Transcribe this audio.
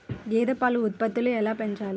గేదె పాల ఉత్పత్తులు ఎలా పెంచాలి?